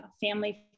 family